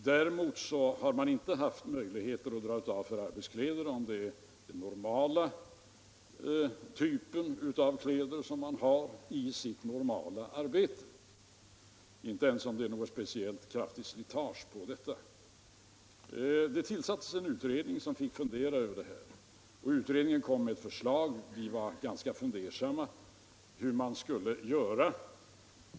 Däremot har man inte haft möjlighet att dra av för arbetskläder om dessa är en normal typ av kläder — inte ens om det uppstår kraftigt slitage på dem. Det tillsattes en utredning som fick fundera över den här frågan. Utredningen kom sedan med ett förslag. Vi var ganska fundersamma hur vi skulle göra.